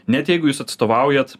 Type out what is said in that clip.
net jeigu jūs atstovaujat